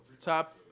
top